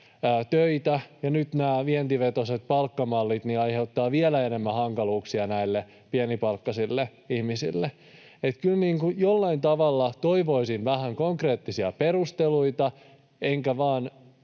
töitä ja nyt nämä vientivetoiset palkkamallit aiheuttavat vielä enemmän hankaluuksia näille pienipalkkaisille ihmisille. Kyllä jollain tavalla toivoisin vähän konkreettisia perusteluita enkä